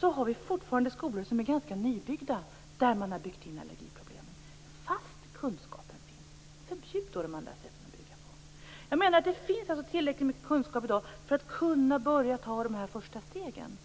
har vi fortfarande skolor som är ganska nybyggda och där man byggt in allergiproblemen. Förbjud de andra sätten att bygga på. Det finns tillräckligt med kunskap i dag för att kunna börja ta de första stegen.